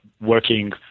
working